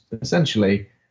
essentially